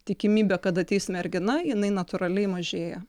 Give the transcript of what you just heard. tikimybė kad ateis mergina jinai natūraliai mažėja